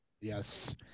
yes